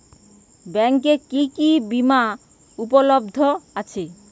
ব্যাংকে কি কি বিমা উপলব্ধ আছে?